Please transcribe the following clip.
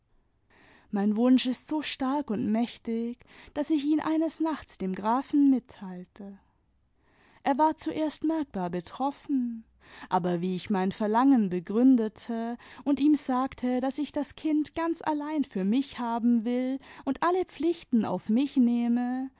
mein wunsch ist so stark imd mächtig daß ich ihn eines nachts dem grafen mitteilte er war zuerst merkbar betroffen aber wie ich mein verlangen begründete und ihm sagte daß ich das kind ganz allein für mich haben will und alle pflichten auf mich nehme